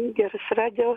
geras radijo